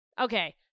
okay